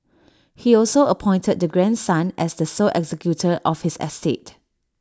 he also appointed the grandson as the sole executor of his estate